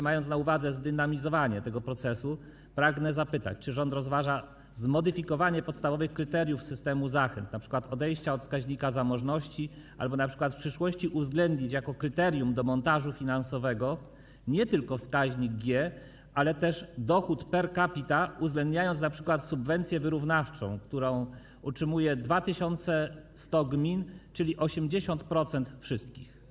Mając na uwadze zdynamizowanie tego procesu, pragnę zapytać, czy rząd rozważa zmodyfikowanie podstawowych kryteriów systemu zachęt, np. odejście od wskaźnika zamożności albo np. uwzględnienie w przyszłości jako kryterium do montażu finansowego nie tylko wskaźnika G, ale też dochodu per capita z uwzględnieniem np. subwencji wyrównawczej, którą otrzymuje 2100 gmin, czyli 80% wszystkich gmin?